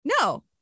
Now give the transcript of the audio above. No